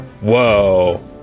Whoa